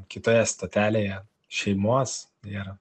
kitoje stotelėje šeimos ir